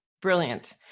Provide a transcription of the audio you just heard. brilliant